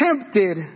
tempted